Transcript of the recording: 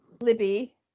Libby